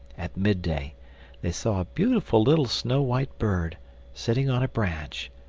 at midday they saw a beautiful little snow-white bird sitting on a branch,